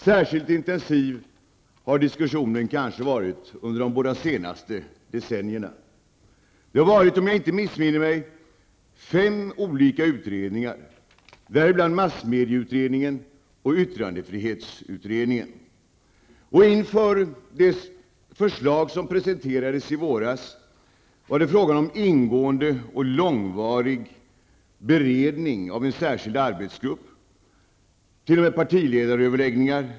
Diskussionen har kanske varit särskilt intensiv under de senaste två decennierna. Om jag inte missminner mig har det varit fem olika utredningar, däribland massmediautredningen och yttrandefrihetsutredningen. Inför det förslag som presenterades i våras var det fråga om ingående och långvarig beredning av en särskild arbetsgrupp. Det förekom t.o.m. partiledaröverläggningar.